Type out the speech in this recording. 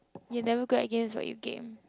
you're never good at games but you game